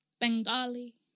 Bengali